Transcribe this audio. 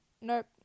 Nope